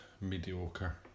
mediocre